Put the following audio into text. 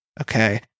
Okay